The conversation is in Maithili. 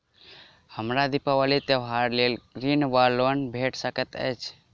हमरा दिपावली त्योहारक लेल ऋण वा लोन भेट सकैत अछि?